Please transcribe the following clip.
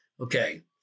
okay